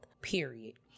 period